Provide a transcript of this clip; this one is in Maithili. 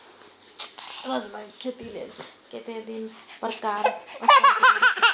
राजमा के खेती के लेल केहेन खेत केय प्रकार होबाक जरुरी छल?